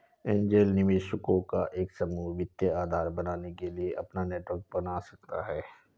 angel निवेशकों का एक समूह वित्तीय आधार बनने के लिए अपना नेटवर्क बना सकता हैं